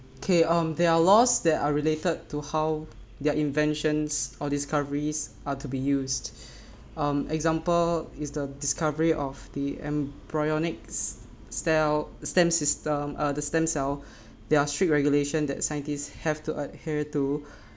okay um there are laws that are related to how their inventions or discoveries are to be used um example is the discovery of the embryonic styl~ stem system uh the stem cell there are strict regulations that scientists have to adhere to